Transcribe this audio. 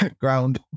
ground